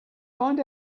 find